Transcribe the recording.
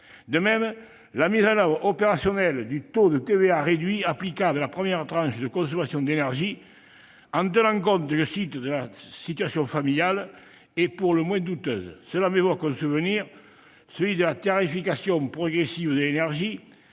De même, la mise en oeuvre opérationnelle du taux de TVA réduit applicable à la première tranche de consommation d'énergie, « en tenant compte notamment de la situation familiale », est pour le moins douteuse. Cela m'évoque un souvenir, celui de la tarification progressive de l'énergie,